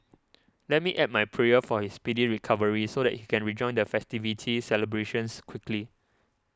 let me add my prayer for his speedy recovery so that he can rejoin the festivity celebrations quickly